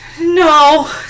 no